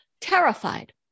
terrified